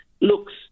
looks